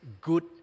good